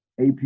AP